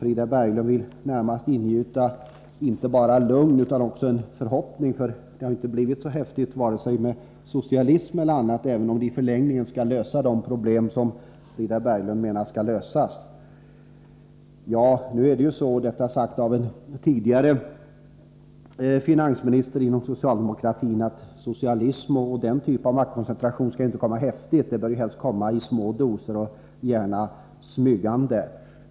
Frida Berglund vill i oss ingjuta inte bara lugn utan också vissa förhoppningar — det har inte blivit så häftigt med vare sig socialism eller annat. Fonderna kommer i förlängningen att lösa de problem som Frida Berglund menar skall lösas. En tidigare socialdemokratisk finansminister menade att socialism och åtgärder för maktkoncentration inte skall införas häftigt utan helst i små doser och gärna smygande.